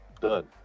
Done